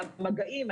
מהמגעים,